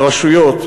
ברשויות,